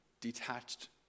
detached